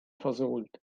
versohlt